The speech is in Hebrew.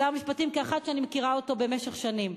שר המשפטים, כאחד שאני מכירה אותו במשך שנים,